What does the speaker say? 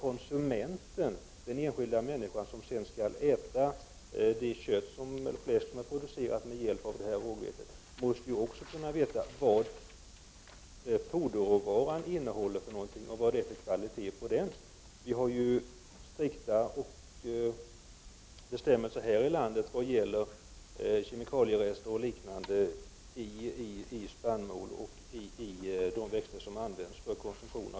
Konsumenten, den enskilda människan, som skall äta det kött och fläsk som har producerats med hjälp av detta rågvete måste också veta vad foderråvaran innehåller och kvaliteten på den. Vi har i Sverige strikta bestämmelser i vad gäller kemikalierester och liknande i spannmål och de växter som används för konsumtion.